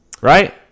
Right